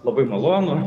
labai malonu